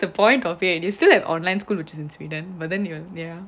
the point of it and you still have online school which is in sweden but then you want ya